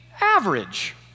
average